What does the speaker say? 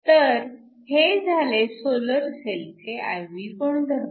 तर हे झाले सोलर सेलचे I V गुणधर्म